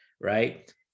right